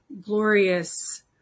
glorious